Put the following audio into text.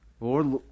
Lord